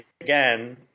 again